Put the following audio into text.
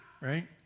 Right